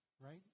Right